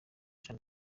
jean